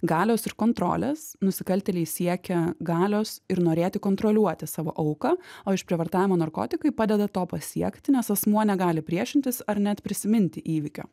galios ir kontrolės nusikaltėliai siekia galios ir norėti kontroliuoti savo auką o išprievartavimo narkotikai padeda to pasiekti nes asmuo negali priešintis ar net prisiminti įvykio